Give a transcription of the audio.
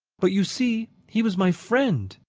but, you see, he was my friend.